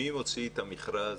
מי הוציא את המכרז?